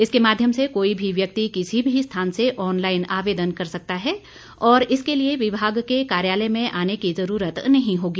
इसके माध्यम से कोई भी व्यक्ति किसी भी स्थान से ऑनलाइन आवेदन कर सकता है और इसके लिए विभाग के कार्यालय में आने की ज़रूरत नहीं होगी